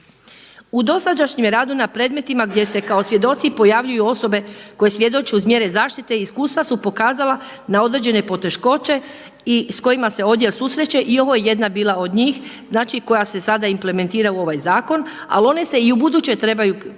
U dosadašnjem radu u predmetima gdje se kao svjedoci pojavljuju osobe koje svjedoče uz mjere zaštite iskustva su pokazala na određene poteškoće sa kojima se odjel susreće i ovo je jedna bila od njih, znači koja se sada implementira u ovaj zakon. Ali one se i u buduće trebaju pomno